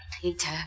Peter